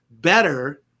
better